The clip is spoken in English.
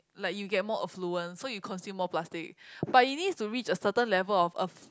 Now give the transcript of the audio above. like you get more affluent so you consume more plastic but it needs to reach a certain level of of